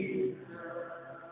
Jesus